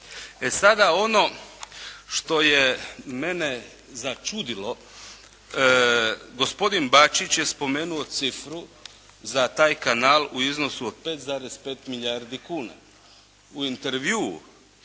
E sada ono što je mene začudilo, gospodin Bačić je spomenuo cifru za taj kanal u iznosu od 5,5 milijardi kuna. U intervjuu